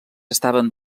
estaven